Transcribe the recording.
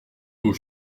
beau